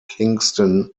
kingston